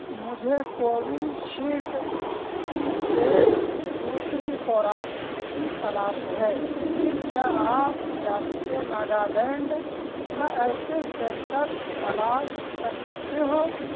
مجھے کوویشیلڈ کی پیڈ دوسری خوراک کی تلاش ہے کیا آپ ریاستِ ناگالینڈ میں ایسے سنٹر تلاش کر سکتے ہو